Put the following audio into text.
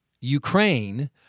Ukraine